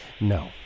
No